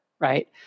right